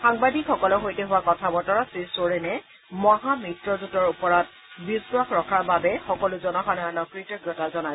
সাংবাদিকসকলৰ সৈতে হোৱা কথা বতৰাত শ্ৰীচোৰেনে মহা মিত্ৰজোঁটৰ ওপৰত বিশ্বাস ৰখাৰ বাবে সকলো জনসাধাৰণক কৃতঞ্ঞতা জনায়